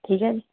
ਠੀਕ ਹੈ ਜੀ